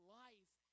life